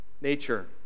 Nature